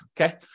Okay